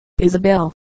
Isabel